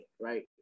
right